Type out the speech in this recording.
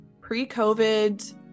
Pre-COVID